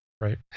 right